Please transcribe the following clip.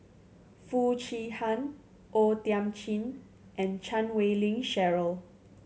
Foo Chee Han O Thiam Chin and Chan Wei Ling Cheryl